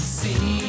see